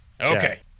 Okay